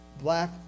black